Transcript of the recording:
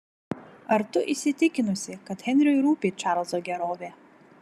ar tu įsitikinusi kad henriui rūpi čarlzo gerovė